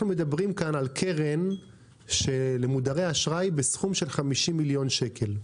אנחנו מדברים כאן על קרן למודרי אשראי בסכום של 50 מיליון שקל.